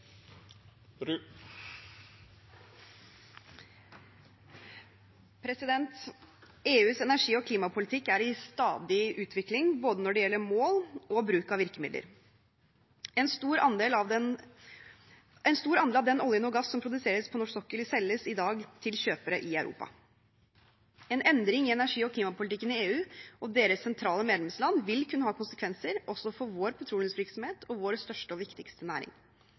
EUs energi- og klimapolitikk er i stadig utvikling både når det gjelder mål og bruk av virkemidler. En stor andel av den oljen og gassen som produseres på norsk sokkel, selges i dag til kjøpere i Europa. En endring i energi- og klimapolitikken i EU og deres sentrale medlemsland vil kunne ha konsekvenser også for vår petroleumsvirksomhet og vår største og viktigste næring.